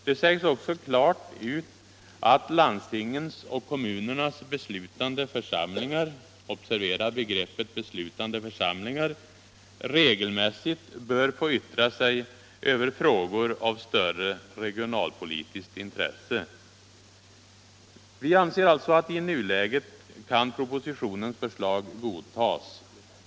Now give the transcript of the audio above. Det sägs också klart ut att landstingens och kommunernas beslutande församlingar — observera begreppet beslutande församlingar — regelmässigt bör få yttra sig över frågor av större regionalpolitiskt intresse. Vi anser alltså att i nuläget kan propositionens förslag godtas.